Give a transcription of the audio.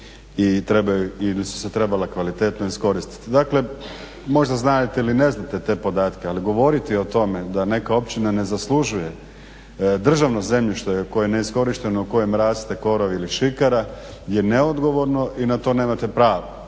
se ta sredstva trebala kvalitetno iskoristiti. Dakle možda znate ili ne znate te podatke, ali govoriti o tome da neka općina ne zaslužuje državno zemljište koje je neiskorišteno, na kojem raste korov ili šikara je neodgovorno i na to nemate pravo.